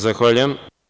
Zahvaljujem.